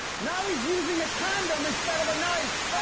now he's using a condom instead of a knife.